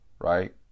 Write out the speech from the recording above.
Right